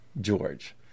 George